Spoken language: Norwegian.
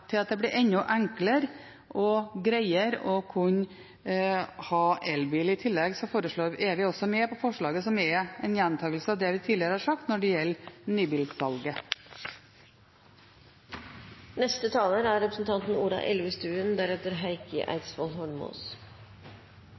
til at det blir enda enklere og greiere å kunne ha elbil. Vi er altså med på forslaget som er en gjentakelse av det vi tidligere har sagt når det gjelder nybilsalget. Som mange har påpekt tidligere, leder Norge an internasjonalt i tilretteleggingen for elbil, og vi er